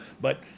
but-